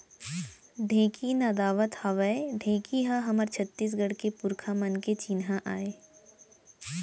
ढेंकी नदावत हावय ढेंकी ह हमर छत्तीसगढ़ के पुरखा मन के चिन्हा आय